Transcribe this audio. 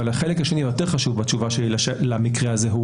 החלק השני היותר חשוב בתשובה שלי למקרה הזה הוא